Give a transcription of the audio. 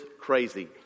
crazy